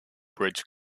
bridge